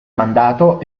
mandato